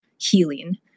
Healing